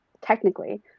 technically